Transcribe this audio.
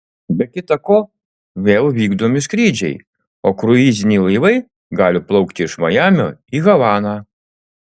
be kita ko vėl vykdomi skrydžiai o kruiziniai laivai gali plaukti iš majamio į havaną